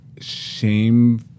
shame